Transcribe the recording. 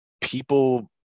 people